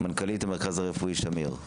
מנכ"לית המרכז הרפואי שמיר.